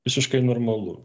visiškai normalu